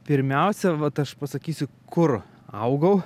pirmiausia vat aš pasakysiu kur augau